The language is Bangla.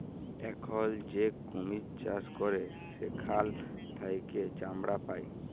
এখল যে কুমির চাষ ক্যরে সেখাল থেক্যে চামড়া পায়